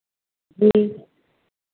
जी